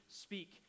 speak